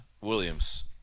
Williams